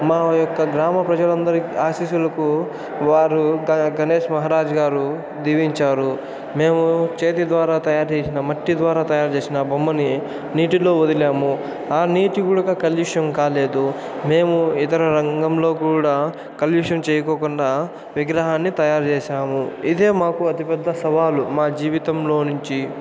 మా యొక్క గ్రామ ప్రజలందరి ఆశీస్సులకు వారు గ గణేష్ మహారాజ్ గారు దివించారు మేము చేతి ద్వారా తయారుచేసిన మట్టి ద్వారా తయారుచేసిన బొమ్మని నీటిలో వదిలాము ఆ నీటి కూడా కలుష్యము కాలేదు మేము ఇతర రంగంలోకూడా కలుష్యము చేయాకోకుండా విగ్రహాన్ని తయారు చేశాము ఇదే మాకు అతి పెద్ద సవాలు మా జీవితంలోనించి